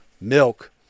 milk